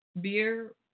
Beer